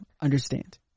understand